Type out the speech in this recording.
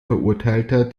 verurteilter